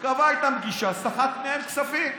קבע איתם פגישה וסחט מהם כספים.